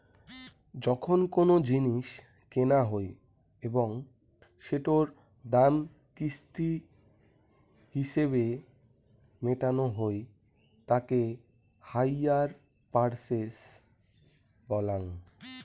যখন কোনো জিনিস কেনা হই এবং সেটোর দাম কিস্তি হিছেবে মেটানো হই তাকে হাইয়ার পারচেস বলাঙ্গ